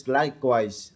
likewise